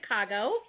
Chicago